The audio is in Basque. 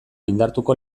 indartuko